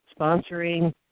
sponsoring